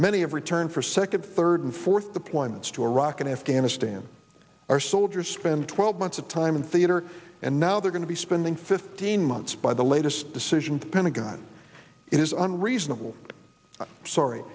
many of return for second third and fourth deployments to iraq and afghanistan our soldiers spend twelve months of time in theater and now they're going to be spending fifteen months by the latest decision pentagon it is unreasonable sorry